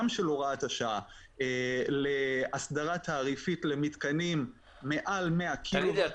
של הוראת השעה להסדרה תעריפית למתקנים מעל 100 קילוואט